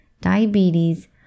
diabetes